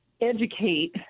educate